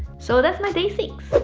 so that's my day six.